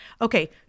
Okay